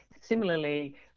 Similarly